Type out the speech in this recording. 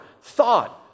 thought